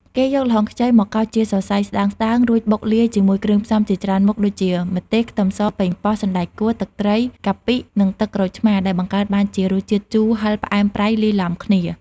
គេយកល្ហុងខ្ចីមកកោសជាសរសៃស្តើងៗ រួចបុកលាយជាមួយគ្រឿងផ្សំជាច្រើនមុខដូចជា ម្ទេស ខ្ទឹមស ប៉េងប៉ោះ សណ្ដែកកួរ ទឹកត្រី កាពិ និងទឹកក្រូចឆ្មារ ដែលបង្កើតបានជារសជាតិជូរ ហឹរ ផ្អែម ប្រៃ លាយឡំគ្នា។